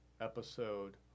episode